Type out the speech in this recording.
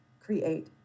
create